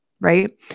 right